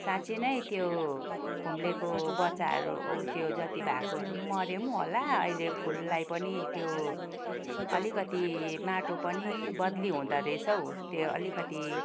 साँच्ची नै त्यो खुम्लेको बच्चाहरू त्यो जतिभाकोहरू पनि मऱ्यो पनि होला अहिले फुललाई पनि त्यो अलिकति माटो पनि बदली हुँदोरहेछ हौ त्यो अलिकति